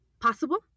possible